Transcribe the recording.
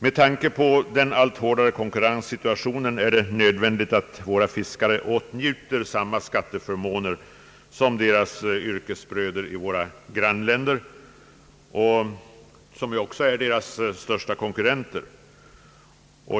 Med tanke på den allt hårdare konkurrenssituationen är det nödvändigt att våra fiskare åtnjuter samma skatteförmåner som deras yrkesbröder i våra grannländer, vilka ju också är deras största konkurrenter.